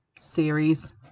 series